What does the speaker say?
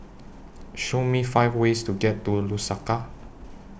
Show Me five ways to get to Lusaka